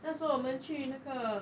那时候我们去那个